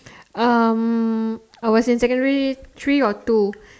um I was in secondary three or two